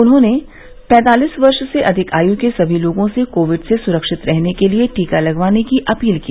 उन्होंने पैंतालीस वर्ष से अधिक आयु के सभी लोगों से कोविड से सुरक्षित रहने के लिये टीका लगवाने की अपील की